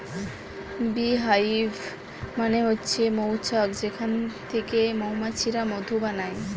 bee hive মানে হচ্ছে মৌচাক যেখান থিকে মৌমাছিরা মধু বানায়